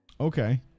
Okay